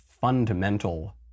fundamental